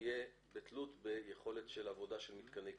תהיה בכפוף ליכולת העבודה של מתקני הקצה.